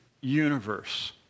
universe